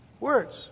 Words